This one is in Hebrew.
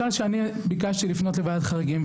כשביקשתי לפנות לוועדת חריגים,